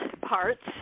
parts